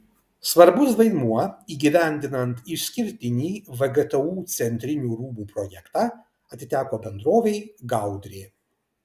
svarbus vaidmuo įgyvendinant išskirtinį vgtu centrinių rūmų projektą atiteko bendrovei gaudrė